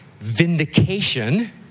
vindication